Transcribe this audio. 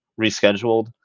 rescheduled